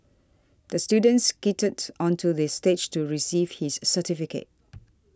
the student skated onto the stage to receive his certificate